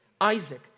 Isaac